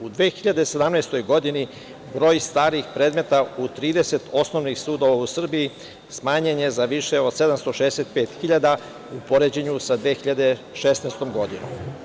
U 2017. godini broj starih predmeta u 30 osnovnih sudova u Srbiji smanjen je za više od 765 hiljada u poređenju sa 2016. godinom.